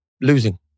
losing